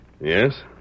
Yes